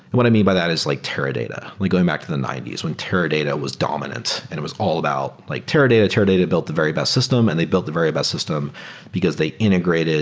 what i mean by that is like teradata, like going back to the ninety s when teradata was dominant and it was all about like teradata. teradata built the very best system and they built the very best system because they integrated